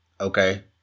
okay